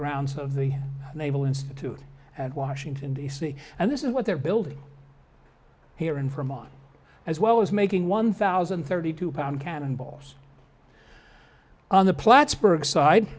grounds of the naval institute at washington d c and this is what they are building here in vermont as well as making one thousand and thirty two pound cannon balls on the plattsburgh side